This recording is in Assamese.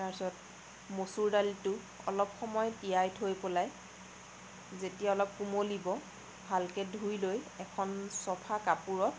তাৰপিছত মছুৰ দালিটো অলপ সময় তিয়াই থৈ পেলাই যেতিয়া অলপ কোমলিব ভালকে ধুই লৈ এখন চাফা কাপোৰত